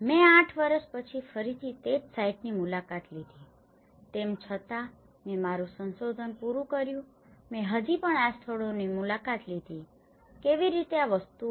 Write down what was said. મેં આઠ વર્ષ પછી ફરીથી તે જ સાઇટની મુલાકાત લીધી તેમ છતાં મેં મારું સંશોધન પૂરું કર્યું મેં હજી પણ આ સ્થળોની મુલાકાત લીધી કેવી રીતે આ વસ્તુઓ